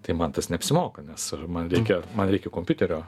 tai man tas neapsimoka nes man reikia man reikia kompiuterio